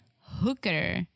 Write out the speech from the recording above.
hooker